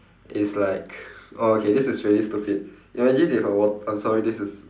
it's like okay this is really stupid imagine if a wa~ I'm sorry this is